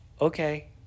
Okay